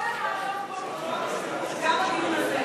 כל, גם בדיון הזה.